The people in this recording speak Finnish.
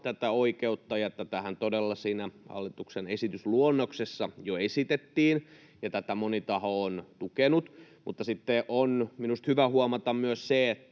tätä oikeutta. Tätähän todella siinä hallituksen esitysluonnoksessa jo esitettiin, ja tätä moni taho on tukenut. Mutta sitten on minusta hyvä huomata myös ne